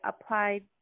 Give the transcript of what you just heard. applied